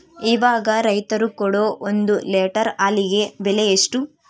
ಇವಾಗ ರೈತರು ಕೊಡೊ ಒಂದು ಲೇಟರ್ ಹಾಲಿಗೆ ಬೆಲೆ ಎಷ್ಟು?